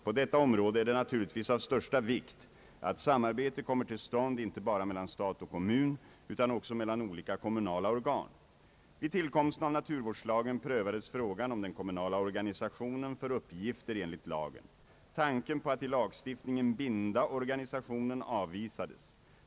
På detta område är det naturligtvis av största vikt att samarbete kommer till stånd inte bara mellan stat och kommun utan också mellan olika kommunala organ. Vid tillkomsten av naturvårdslagen prövades frågan om den kommunala organisationen för uppgifter enligt lagen. Tanken på att i lagstiftningen binda organisationen avvisades.